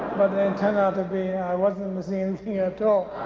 turned out to be i wasn't missing anything at all.